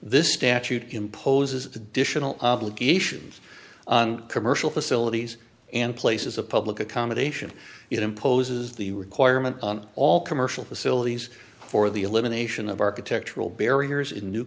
this statute imposes additional obligations on commercial facilities and places of public accommodation it imposes the requirement on all commercial facilities for the elimination of architectural barriers in new